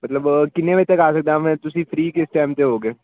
ਮਤਲਬ ਕਿੰਨੇ ਵਜੇ ਤੱਕ ਆ ਸਕਦਾ ਮੈਂ ਤੁਸੀਂ ਫਰੀ ਕਿਸ ਟਾਈਮ 'ਤੇ ਹੋਵੋਗੇ